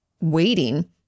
waiting